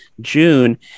June